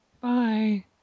Bye